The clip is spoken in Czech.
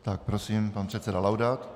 Tak, prosím, pan předseda Laudát.